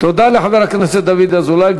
תודה לחבר הכנסת דוד אזולאי.